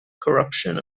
corruption